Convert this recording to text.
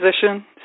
position